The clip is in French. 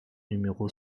numéro